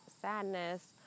sadness